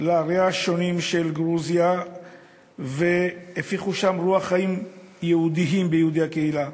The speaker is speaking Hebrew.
לעריה השונות של גרוזיה והפיחו שם רוח חיים יהודיים ביהודי הקהילה.